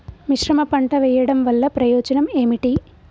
మిశ్రమ పంట వెయ్యడం వల్ల ప్రయోజనం ఏమిటి?